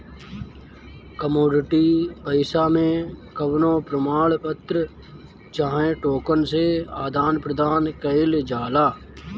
commodity पईसा मे कवनो प्रमाण पत्र चाहे टोकन से आदान प्रदान कईल जाला